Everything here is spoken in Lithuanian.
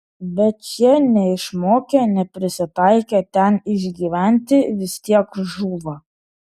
bet šie neišmokę neprisitaikę ten išgyventi vis tiek žūva